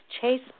Chase